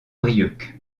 brieuc